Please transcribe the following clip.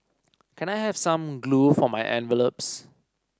can I have some glue for my envelopes